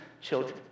children